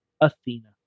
Athena